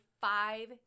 five